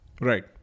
Right